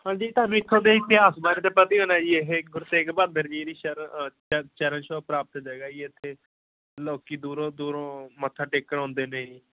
ਹਾਂਜੀ ਤੁਹਾਨੂੰ ਇੱਥੋਂ ਦੇ ਇਤਿਹਾਸ ਬਾਰੇ ਤਾਂ ਪਤਾ ਹੀ ਹੋਣਾ ਜੀ ਇਹ ਗੁਰੂ ਤੇਗ ਬਹਾਦਰ ਜੀ ਦੀ ਛਰ ਚ ਚਰਨ ਛੋਹ ਪ੍ਰਾਪਤ ਜਗ੍ਹਾ ਜੀ ਇੱਥੇ ਲੋਕੀ ਦੂਰੋਂ ਦੂਰੋਂ ਮੱਥਾ ਟੇਕਣ ਆਉਂਦੇ ਨੇ ਜੀ